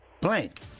blank